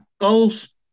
goals